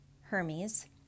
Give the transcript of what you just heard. Hermes